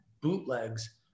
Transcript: bootlegs